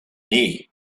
nee